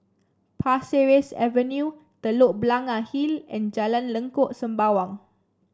Pasir Ris Avenue Telok Blangah Hill and Jalan Lengkok Sembawang